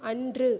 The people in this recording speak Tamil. அன்று